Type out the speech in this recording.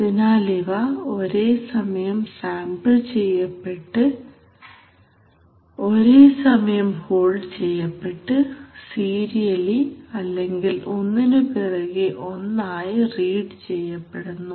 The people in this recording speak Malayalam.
അതിനാൽ ഇവ ഒരേ സമയം സാമ്പിൾ ചെയ്യപ്പെട്ട് ഒരേ സമയം ഹോൾഡ് ചെയ്യപ്പെട്ട് സീരിയലി അല്ലെങ്കിൽ ഒന്നിനുപിറകെ ഒന്നായി റീഡ് ചെയ്യപ്പെടുന്നു